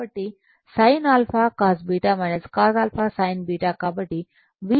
కాబట్టి sin α cos β cos α sin β కాబట్టి V sin α V "మరియు I cos β I